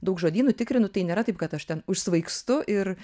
daug žodynų tikrinu tai nėra taip kad aš ten aš užsvaigstu ir